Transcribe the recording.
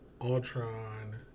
Ultron